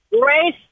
grace